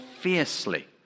fiercely